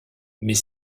mais